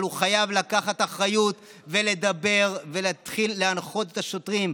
אבל הוא חייב לקחת אחריות ולדבר ולהתחיל להנחות את השוטרים.